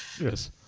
Yes